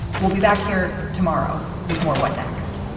we'll be back here tomorrow with more. what next?